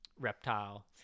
reptile